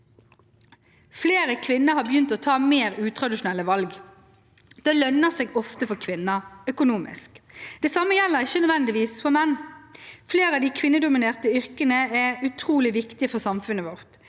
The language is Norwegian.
Flere kvinner har begynt å ta mer utradisjonelle valg. Det lønner seg ofte for kvinner økonomisk. Det samme gjelder ikke nødvendigvis for menn. Flere av de kvinnedominerte yrkene er utrolig viktige for samfunnet vårt.